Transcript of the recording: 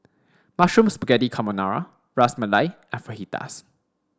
Mushroom Spaghetti Carbonara Ras Malai and Fajitas